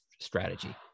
Strategy